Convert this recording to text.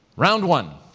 round one,